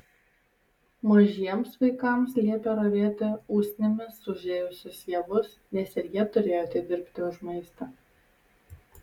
mažiems vaikams liepė ravėti usnimis užėjusius javus nes ir jie turėjo atidirbti už maistą